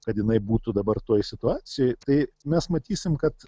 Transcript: kad jinai būtų dabar toj situacijoj tai mes matysim kad